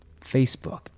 Facebook